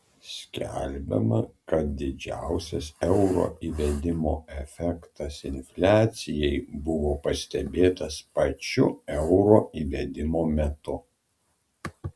skelbiama kad didžiausias euro įvedimo efektas infliacijai buvo pastebėtas pačiu euro įvedimo metu